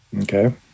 Okay